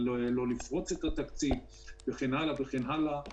על לא לפרוץ את התקציב וכן הלאה וכן הלאה.